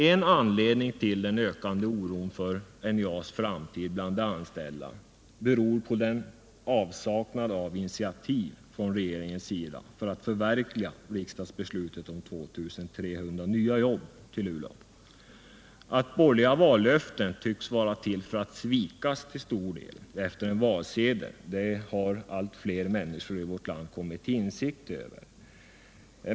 En anledning till den ökande oron för NJA:s framtid bland de anställda är avsaknaden av initiativ från regeringens sida för att förverkliga riksdagsbeslutet om 2 300 nya jobb till Luleå. Att borgerliga vallöften tycks vara till för att till stor del svikas efter en valseger har allt fler människor i vårt land kommit till insikt om.